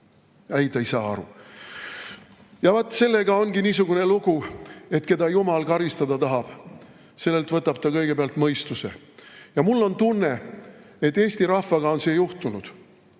Ei, te ei saa aru. Ja vaat sellega ongi niisugune lugu, et keda jumal karistada tahab, sellelt võtab ta kõigepealt mõistuse. Ja mul on tunne, et Eesti rahvaga on see juhtunud,